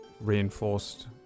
reinforced